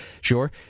sure